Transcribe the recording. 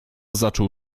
zaczął